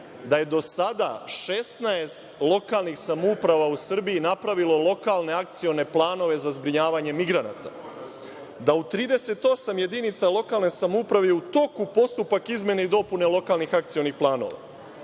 da je do sada 16 lokalnih samouprava u Srbiji napravilo lokalne akcione planove za zbrinjavanje migranata, da u 38 jedinica lokalne samouprave je u toku postupak izmena i dopuna lokalnih akcionih planova,